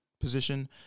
position